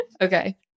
Okay